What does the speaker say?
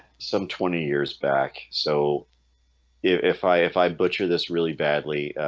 some twenty years back so if i if i butcher this really badly,